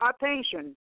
attention